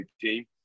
team